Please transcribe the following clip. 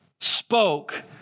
spoke